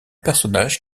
personnage